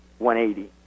180